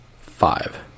Five